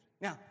Now